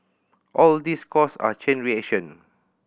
all these cause a chain reaction